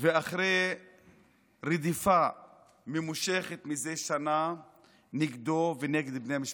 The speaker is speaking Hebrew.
אחרי רדיפה ממושכת זה שנה נגדו ונגד בני משפחתו.